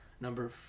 Number